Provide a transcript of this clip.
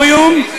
באודיטוריום,